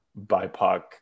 BIPOC